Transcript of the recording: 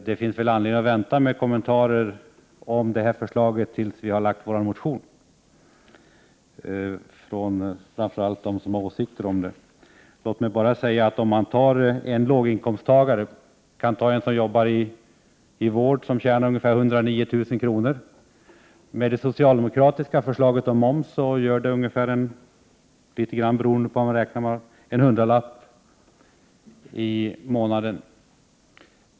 Det finns emellertid anledning att vänta med kommentarer från dem som har åsikter om vårt förslag till dess vi har väckt vår motion. Låt oss emellertid som exempel ta en låginkomsttagare, t.ex. inom ett vårdyrke, som tjänar ungefär 109 000 kr. Det socialdemokratiska förslaget beträffande momsen betyder för denna inkomsttagare en merutgift på ungefär 100 kr. i månaden, litet beroende på hur man räknar.